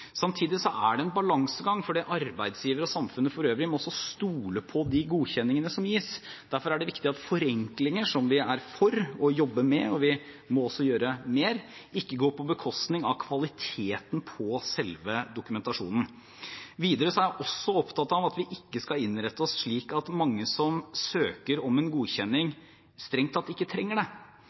Samtidig er det en balansegang, for arbeidsgivere og samfunnet for øvrig må også stole på de godkjenningene som gis. Derfor er det viktig at forenklinger som vi er for og jobber med – og vi må også gjøre mer – ikke går på bekostning av kvaliteten på selve dokumentasjonen. Videre er jeg også opptatt av at vi ikke skal innrette oss slik at mange som strengt tatt ikke trenger det, søker om godkjenning.